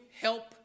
help